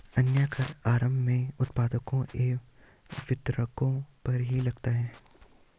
अन्य कर आरम्भ में उत्पादकों एवं वितरकों पर ही लगते हैं